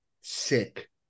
sick